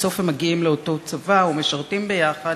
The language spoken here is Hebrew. בסוף הם מגיעים לאותו צבא ומשרתים יחד,